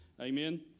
amen